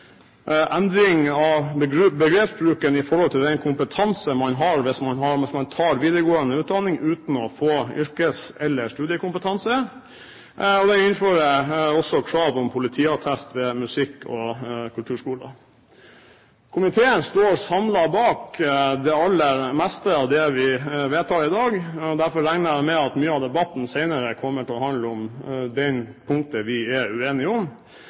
endring av begrepsbruken i forhold til den kompetanse man har hvis man tar videregående utdanning uten å få yrkes- eller studiekompetanse, og man innfører også krav om politiattest ved musikk- og kulturskoler. Komiteen står samlet bak det aller meste av det vi vedtar i dag, så jeg regner med at mye av debatten kommer til å handle om de punktene vi er uenige om.